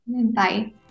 Bye